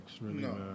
No